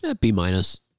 B-minus